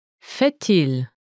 fait-il